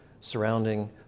surrounding